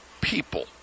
people